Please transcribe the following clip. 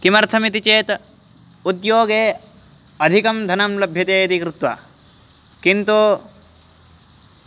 किमर्थमिति चेत् उद्योगे अधिकं धनं लभ्यते इति कृत्वा किन्तु